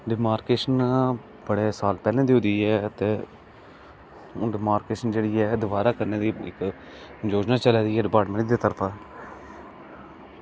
एह्दी मार्केशन बड़े साल पैह्लें दी रेही ऐ ते हून मार्केशन जेह्ड़ी ऐ दोबारा करने दी इक्क योजना चला दी डिपार्टमैंट दी तरफा